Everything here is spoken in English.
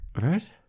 Right